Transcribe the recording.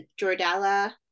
Jordala